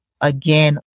again